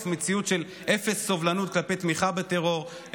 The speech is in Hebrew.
מציאות של אפס סובלנות כלפי תמיכה בטרור,